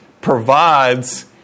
provides